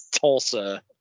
Tulsa